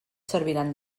serviran